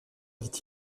dit